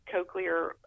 cochlear